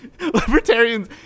Libertarians